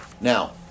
Now